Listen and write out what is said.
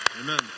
Amen